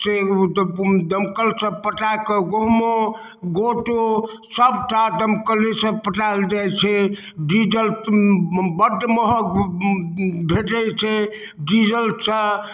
से दम दमकल सऽ पटा कऽ गहूमो गोटो सबटा दमकले सऽ पटाएल जाइ छै डीजल बड्ड महग भेटै छै डीजल सऽ